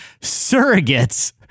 surrogates